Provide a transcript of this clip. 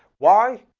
why?